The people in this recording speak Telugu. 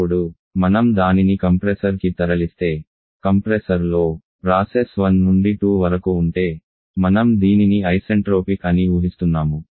ఇప్పుడు మనం దానిని కంప్రెసర్కి తరలిస్తే కంప్రెసర్ లో ప్రాసెస్ 1 నుండి 2 వరకు ఉంటే మనం దీనిని ఐసెంట్రోపిక్ అని ఊహిస్తున్నాము